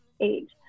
age